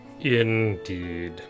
Indeed